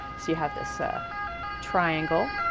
so you have this ah triangle,